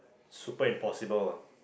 super impossible